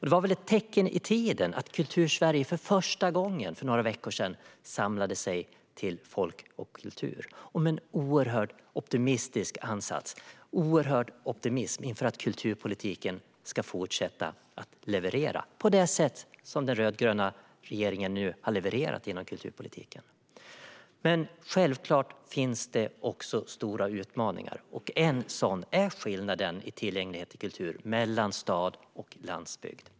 Det var väl ett tecken i tiden att Kultursverige för några veckor sedan för första gången samlades till Folk och kultur med en oerhört optimistisk ansats och en oerhörd optimism inför att kulturpolitiken ska fortsätta leverera på det sätt som den rödgröna regeringen nu har levererat genom kulturpolitiken. Självklart finns det också stora utmaningar. En sådan är skillnaden i tillgänglighet till kultur mellan stad och landsbygd.